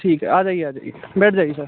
ठीक है आ जाइए आ जाइए बैठ जाइए सर